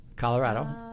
Colorado